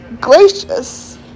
gracious